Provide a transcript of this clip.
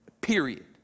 period